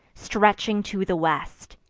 stretching to the west,